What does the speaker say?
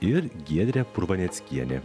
ir giedrė purvaneckienė